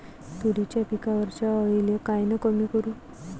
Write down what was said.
तुरीच्या पिकावरच्या अळीले कायनं कमी करू?